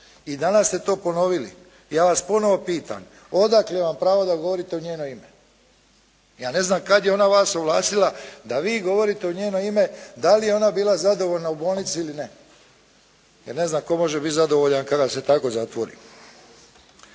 I danas ste to ponovili. Ja vas ponovo pitam odakle vam pravo da govorite u njeno ime? Ja ne znam kad je ona vas ovlastila da vi govorite u njeno ime da li je ona bila zadovoljna u bolnici ili ne. Ja ne znam tko može biti zadovoljan kada se tako zatvori.